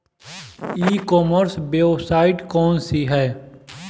ई commerce website कौन सी है?